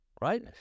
right